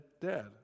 dead